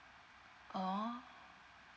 oh